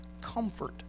comfort